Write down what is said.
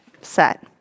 set